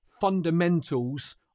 fundamentals